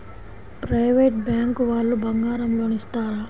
Private bank వాళ్ళు బంగారం loan ఇస్తారా?